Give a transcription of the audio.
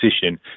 position